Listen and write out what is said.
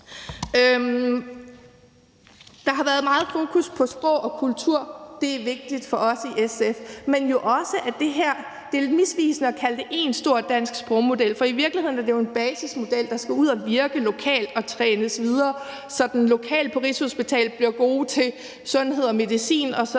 Der har været meget fokus på sprog og kultur – det er vigtigt for os i SF. Men det er misvisende at kalde det her én stor dansk sprogmodel, for i virkeligheden er det jo en basismodel, der skal ud at virke lokalt og trænes videre, så den lokalt på Rigshospitalet bliver god til sundhed og medicin osv.,